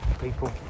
people